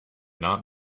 not